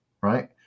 right